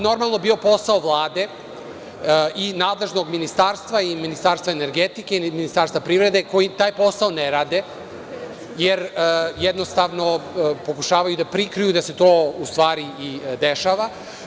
Normalno, ovo bi bio posao Vlade, nadležnog ministarstva, Ministarstva energetike i Ministarstva privrede, koji taj posao ne rade jer jednostavno pokušavaju da prikriju da se to u stvari i dešava.